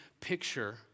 picture